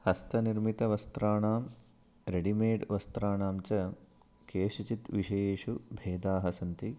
हस्तनिर्मितवस्त्राणां readymade वस्त्राणां च केषुचित् विषयेषु भेदाः सन्ति